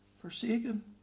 Forsaken